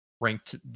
ranked